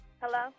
Hello